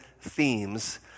themes